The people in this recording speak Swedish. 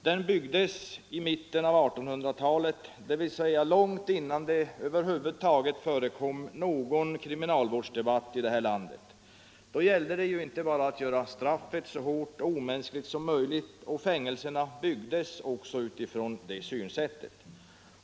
Den byggdes i mitten av 1800-talet, dvs. långt innan det förekom någon kriminalvårdsdebatt i Sverige. Då gällde det bara att göra straffet så hårt och omänskligt som möjligt, och fängelserna byggdes utifrån detta synsätt.